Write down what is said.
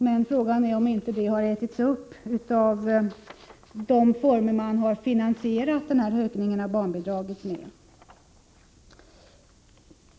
Men frågan är om inte den har ätits upp av de former man använt för finansieringen av denna höjning.